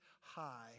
high